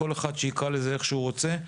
שכל אחד יקרא לזה איך שהוא רוצה.